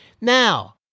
Now